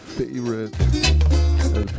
favorite